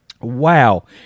Wow